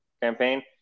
campaign